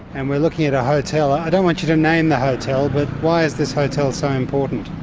and we are looking at a hotel, i don't want you to name the hotel but why is this hotel so important?